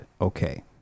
okay